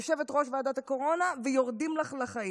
יושבת-ראש ועדת הקורונה ויורדים לך לחיים,